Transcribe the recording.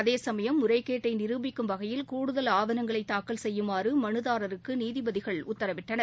அதேசமயம் முறைகேட்டைநிருபிக்கும் வகையில் கூடுதல் ஆவணங்களைதாக்கல் செய்யுமாறுமனுதாரருக்குநீதிபதிகள் உத்தரவிட்டனர்